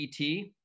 et